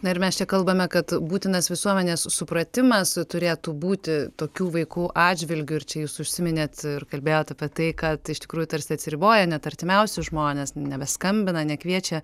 na ir mes čia kalbame kad būtinas visuomenės supratimas turėtų būti tokių vaikų atžvilgiu ir čia jūs užsiminėt ir kalbėjot apie tai kad iš tikrųjų tarsi atsiriboja net artimiausi žmonės nebeskambina nekviečia